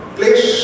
place